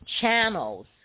channels